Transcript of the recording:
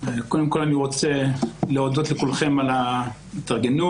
קודם כול אני רוצה להודות לכולכם על ההתארגנות,